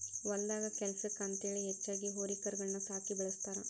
ಹೊಲದಾಗ ಕೆಲ್ಸಕ್ಕ ಅಂತೇಳಿ ಹೆಚ್ಚಾಗಿ ಹೋರಿ ಕರಗಳನ್ನ ಸಾಕಿ ಬೆಳಸ್ತಾರ